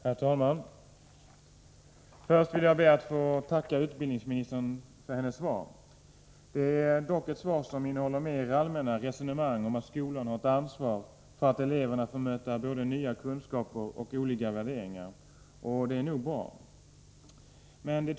Herr talman! Först vill jag be att få tacka utbildningsministern för hennes svar. Det är dock ett svar som mest innehåller mer allmänna resonemang om att skolan har ett ansvar för att eleverna får möta både nya kunskaper och olika värderingar, och det är nog bra.